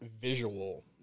visual